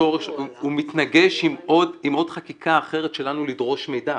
הפטור מתנגש עם עוד חקיקה אחרת שלנו לדרוש מידע.